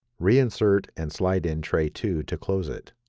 reinsert and slide in tray two to close it.